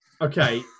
Okay